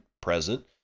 present